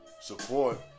support